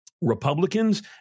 Republicans